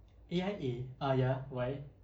A_I_A ah ya why